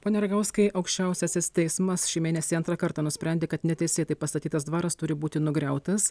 pone ragauskai aukščiausiasis teismas šį mėnesį antrą kartą nusprendė kad neteisėtai pastatytas dvaras turi būti nugriautas